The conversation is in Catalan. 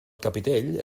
capitell